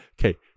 okay